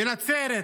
בנצרת,